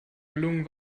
gelungen